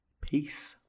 Peace